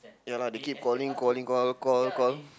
ya lah they keep calling calling call call call